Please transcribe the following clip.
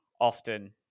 often